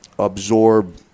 absorb